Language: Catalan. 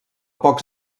pocs